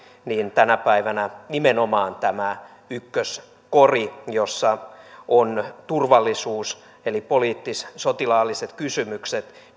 tänä päivänä nimenomaan tämä ykköskori jossa on turvallisuus eli poliittis sotilaalliset kysymykset